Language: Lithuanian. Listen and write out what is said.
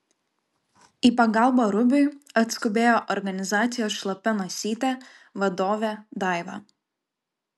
į pagalbą rubiui atskubėjo organizacijos šlapia nosytė vadovė daiva